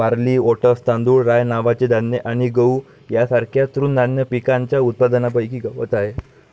barley, oats, तांदूळ, rye नावाचे धान्य आणि गहू यांसारख्या तृणधान्य पिकांच्या उत्पादनापैकी गवत आहे